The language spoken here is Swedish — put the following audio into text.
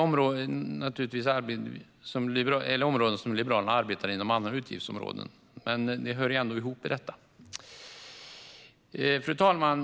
Detta är områden som Liberalerna arbetar med inom andra utgiftsområden, men det hör ändå ihop med detta. Fru talman!